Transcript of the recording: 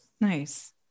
nice